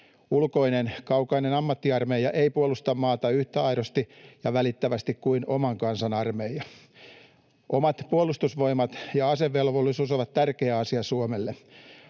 Ulkoinen, kaukainen ammattiarmeija ei puolusta maata yhtä aidosti ja välittävästi kuin oman kansan armeija. Omat puolustusvoimat ja asevelvollisuus ovat tärkeä asia Suomelle.